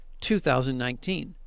2019